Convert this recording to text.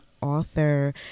author